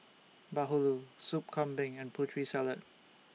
Bahulu Soup Kambing and Putri Salad